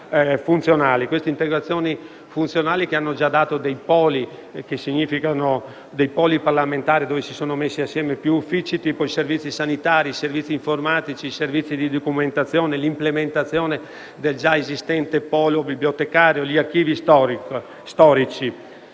Queste integrazioni funzionali hanno già prodotto dei poli parlamentari, dove si sono messi assieme più uffici, quali i servizi sanitari, i servizi informatici, i servizi di documentazione, con l'implementazione del già esistente polo bibliotecario e degli archivi storici.